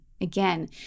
again